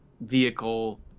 vehicle